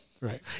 right